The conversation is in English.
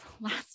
last